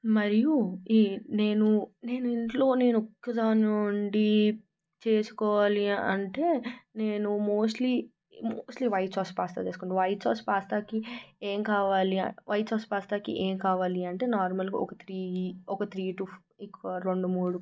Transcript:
మరియు ఈ నేను నేను ఇంట్లో నేనొక్కదాన్నే ఉండి చేసుకోవాలి అంటే నేను mostly mostly white sauce pasta చేసుకుంటాను వైట్ సాస్ పాస్తాకి ఏం కావాలి వైట్ సాస్ పాస్తాకి ఏం కావాలి అంటే నార్మల్గా ఒక త్రీ ఒక త్రీ టు ఒక రెండు మూడు